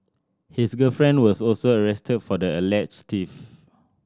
his girlfriend was also arrested for the alleged theft